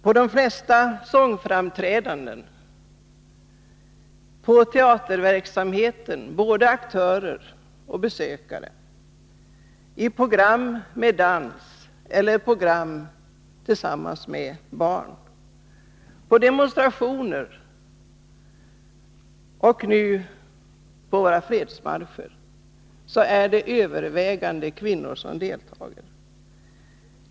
Vid de flesta sångframträdanden, på teatern — både som aktörer och som besökare —, i program med dans eller i program tillsammans med barn, på demonstrationer och nu på alla våra fredsmarscher är det övervägande antalet deltagare kvinnor.